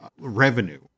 revenue